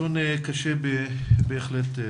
נתון קשה בהחלט.